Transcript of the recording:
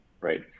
right